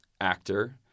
actor